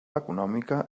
econòmica